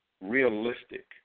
realistic